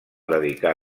dedicà